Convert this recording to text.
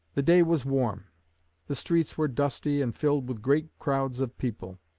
the day was warm the streets were dusty, and filled with great crowds of people.